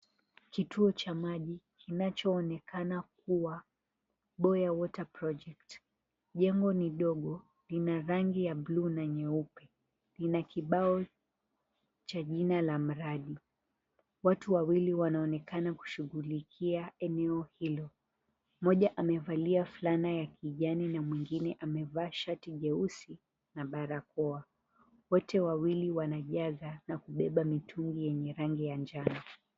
Kituo cha maji kinachoonekana kuwa Boya water Project. Jengo ni dogo, lina rangi ya blue na nyeupe, lina kibao cha jina ya mradi. Watu wawili wanaonekana kushughulikia eneo hilo. Mmoja amevalia fulana ya kijani na mwingine amevaa shati jeusi na barakoa. Wote wawili wanajaza na kubeba mitungi yenye rangi ya njano.